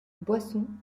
boisson